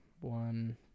one